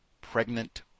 Pregnant